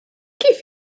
kif